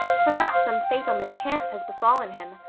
perhaps some fatal mischance has befallen him.